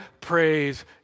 Praise